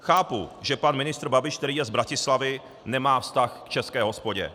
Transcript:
Chápu, že pan ministr Babiš, který je z Bratislavy, nemá vztah k české hospodě.